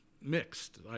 mixed